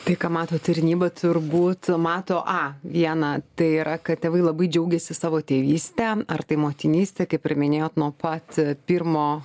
tai ką mato tarnyba turbūt mato a viena tai yra kad tėvai labai džiaugiasi savo tėvyste ar tai motinyste kaip ir minėjo nuo pat pirmo